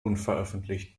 unveröffentlicht